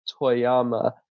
Toyama